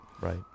Right